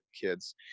kids